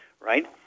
right